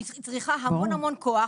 היא צריכה המון המון כוח.